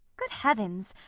good heavens!